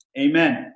Amen